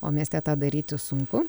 o mieste tą daryti sunku